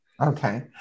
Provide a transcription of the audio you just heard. Okay